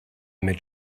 mit